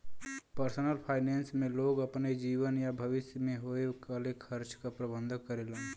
personal finance में लोग अपने जीवन या भविष्य में होये वाले खर्चा क प्रबंधन करेलन